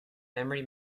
memory